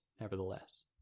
nevertheless